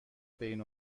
بین